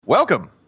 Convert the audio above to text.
Welcome